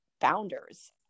founders